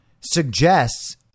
suggests